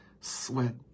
sweat